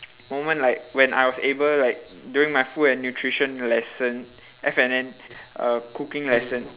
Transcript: moment like when I was able like during my food and nutrition lesson F&N uh cooking lesson